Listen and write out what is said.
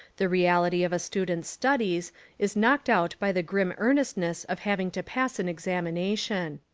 the reality of a student's studies is knocked out by the grim earnestness of hav ing to pass an examination.